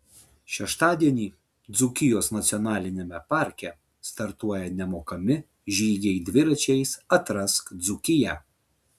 šeštadienį dzūkijos nacionaliniame parke startuoja nemokami žygiai dviračiais atrask dzūkiją